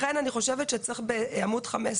לכן אני חושבת שצריך בעמוד 5,